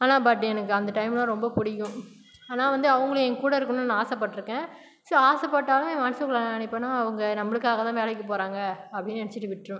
ஆனால் பட் எனக்கு அந்த டைம்லாம் ரொம்ப பிடிக்கும் ஆனால் வந்து அவங்களும் எங்கள் கூட இருக்கணும்னு நான் ஆசைப்பட்ருக்கேன் ஸோ ஆசைப்பட்டாலும் என் மனசுக்குள்ளே என்ன நினைப்பனா அவங்க நம்மளுக்காகத்தான் வேலைக்கு போகிறாங்க அப்படினு நினச்சிட்டு விட்டிருவேன்